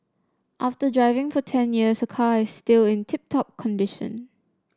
after driving for ten years her car is still in tip top condition